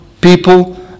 people